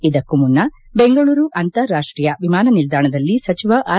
ಇದಕ್ಕೂ ಮುನ್ನ ಬೆಂಗಳೂರು ಅಂತಾರಾಷ್ಟೀಯ ವಿಮಾನ ನಿಲ್ದಾಣದಲ್ಲಿ ಸಚಿವ ಆರ್